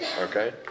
okay